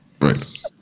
Right